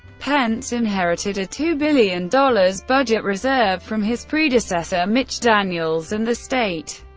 pence inherited a two billion dollars budget reserve from his predecessor, mitch daniels, and the state.